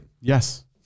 Yes